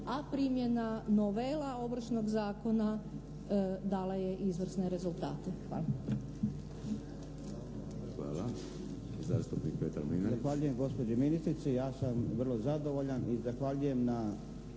a primjena novela Ovršnog zakona dala je izvrsne rezultate. Hvala.